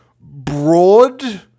broad